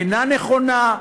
אינה נכונה,